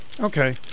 Okay